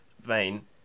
vein